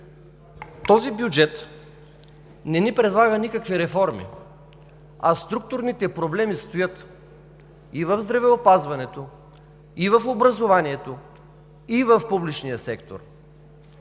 този бюджет не ни предлага никакви реформи, а структурните проблеми стоят и в здравеопазването, и в образованието, и в публичния сектор.